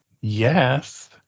Yes